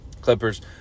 Clippers